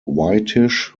whitish